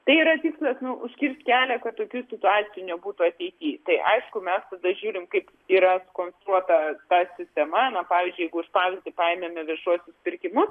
tai yra tikslas nu užkirst kelią kad tokių situacijų nebūtų ateity tai aišku mes tada žiūrim kaip yra sukonstruota ta sistemana pavyzdžiui jeigu pavyzdį paėmėm viešuosius pirkimus